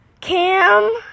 Cam